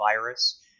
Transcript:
virus